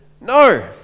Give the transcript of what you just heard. no